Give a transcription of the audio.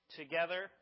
together